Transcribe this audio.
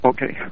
Okay